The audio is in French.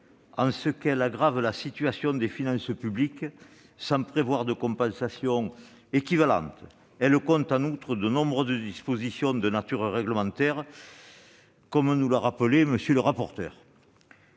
parce qu'elle aggrave la situation des finances publiques sans prévoir de compensation équivalente. En outre, elle compte de nombreuses dispositions de nature réglementaire, comme l'a rappelé M. le rapporteur.